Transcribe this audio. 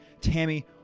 Tammy